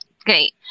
Okay